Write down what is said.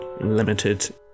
limited